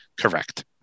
Correct